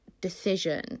decision